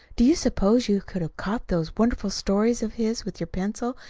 do you suppose you could have caught those wonderful stories of his with your pencil,